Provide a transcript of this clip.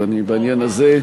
ואני בעניין הזה,